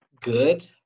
good